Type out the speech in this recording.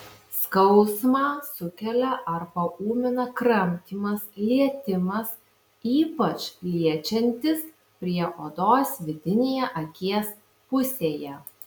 skausmą sukelia ar paūmina kramtymas lietimas ypač liečiantis prie odos vidinėje akies pusėje